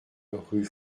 rue